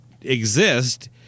exist